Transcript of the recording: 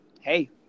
hey